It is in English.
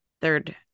third